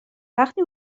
وقتی